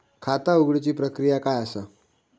खाता उघडुची प्रक्रिया काय असा?